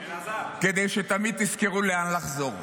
כדי שתמיד תזכרו לאן לחזור.